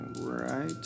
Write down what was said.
right